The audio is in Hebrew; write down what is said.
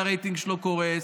שהרייטינג שלו קורס,